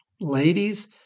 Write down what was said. Ladies